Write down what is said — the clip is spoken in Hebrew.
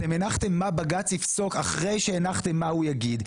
אתם הנחתם מה בג"צ יפסוק אחרי שהנחתם מה הוא יגיד.